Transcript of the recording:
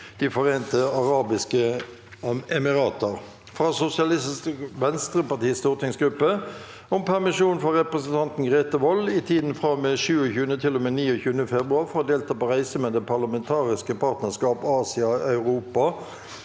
De forente arabiske emirater – fra Sosialistisk Venstrepartis stortingsgruppe om permisjon for representanten Grete Wold i tiden fra og med 27. til og med 29. februar for å delta på reise med Det parlamentariske partnerskap Asia-Europa